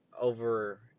over